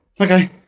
Okay